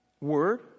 word